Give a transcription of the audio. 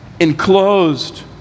enclosed